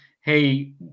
hey